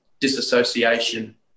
disassociation